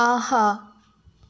ஆஹா